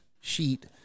sheet